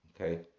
okay